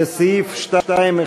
לסעיף 2(1)